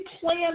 plan